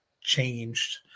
changed